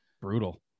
brutal